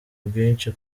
bwinshi